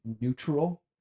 neutral